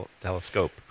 telescope